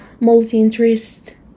multi-interest